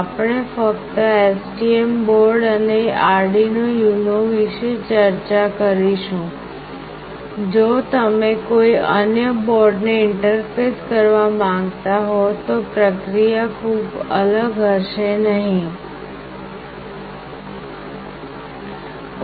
આપણે ફક્ત STM board અને આર્ડિનો UNO વિશે ચર્ચા કરીશું જો તમે કોઈ અન્ય બોર્ડને ઇન્ટરફેસ કરવા માંગતા હો તો પ્રક્રિયા ખૂબ અલગ નહીં હોય